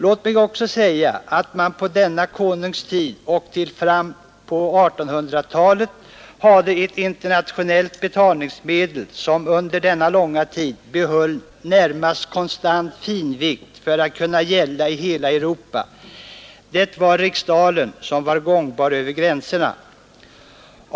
Låt mig också säga att man från denna konungs tid och in på 1800-talet hade ett internationellt betalningsmedel, som under denna långa period höll närmast konstant finvikt för att kunna gälla över gränserna i hela Europa — det var riksdalern.